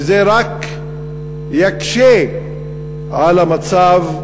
וזה רק יקשה על המצב,